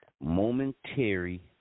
momentary